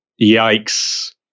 Yikes